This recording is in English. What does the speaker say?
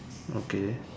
okay